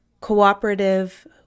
cooperative